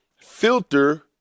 filter